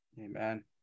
Amen